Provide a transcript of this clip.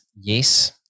yes